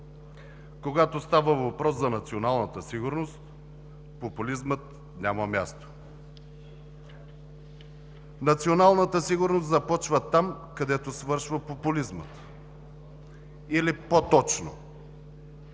Когато става въпрос за националната сигурност, популизмът няма място. Националната сигурност започва там, където свършва популизмът или по-точно